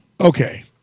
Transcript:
Okay